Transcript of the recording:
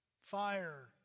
fire